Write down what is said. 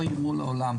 לא יגמרו את זה לעולם.